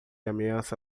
ameaça